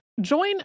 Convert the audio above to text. Join